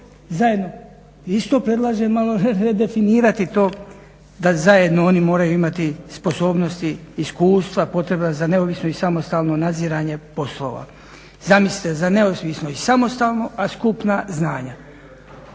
zajedno. Isto predlažem malo definirati to da zajedno oni moraju imati sposobnosti, iskustva potrebna za neovisno i samostalno nadziranje poslova. Zamislite za neovisno i samostalno, a skupna znanja.